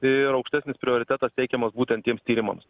ir aukštesnis prioritetas teikiamas būtent tiems tyrimams